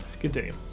Continue